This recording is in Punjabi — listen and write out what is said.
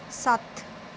ਸੱਤ